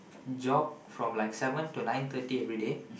jog from like seven to nine thirty everyday